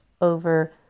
over